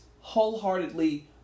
wholeheartedly